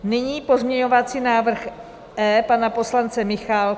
Nyní pozměňovací návrh E pana poslance Michálka.